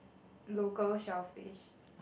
local shellfish